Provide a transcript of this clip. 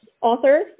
author